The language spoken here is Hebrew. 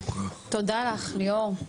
תודה לך ליאור.